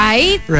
Right